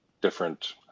different